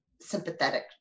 sympathetic